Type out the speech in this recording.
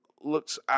looks –